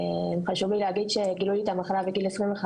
חשוב לי להגיד שגילו לי את המחלה בגיל 25,